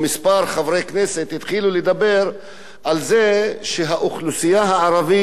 התחילו לדבר על זה שהאוכלוסייה הערבית לא משלמת